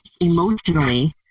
emotionally